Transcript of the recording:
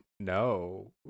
No